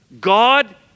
God